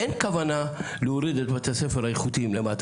אין כוונה להוריד את בתי הספר האיכותיים למטה,